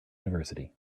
university